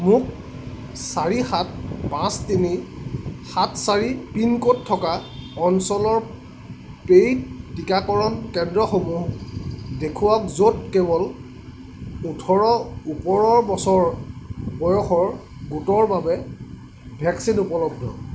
মোক চাৰি সাত পাঁচ তিনি সাত চাৰি পিনক'ড থকা অঞ্চলৰ পে'ইড টীকাকৰণ কেন্দ্ৰসমূহ দেখুৱাওক য'ত কেৱল ওঠৰ ওপৰৰ বছৰ বয়সৰ গোটৰ বাবে ভেকচিন উপলব্ধ